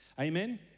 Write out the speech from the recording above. Amen